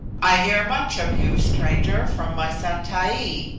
i hear much of you, stranger, from my son taee,